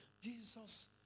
Jesus